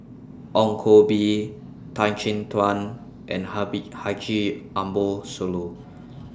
Ong Koh Bee Tan Chin Tuan and Haji Ambo Sooloh